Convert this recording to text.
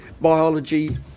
biology